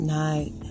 night